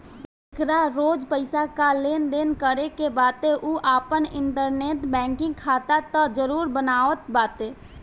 जेकरा रोज पईसा कअ लेनदेन करे के बाटे उ आपन इंटरनेट बैंकिंग खाता तअ जरुर बनावत बाटे